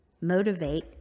motivate